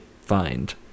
find